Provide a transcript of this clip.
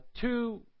two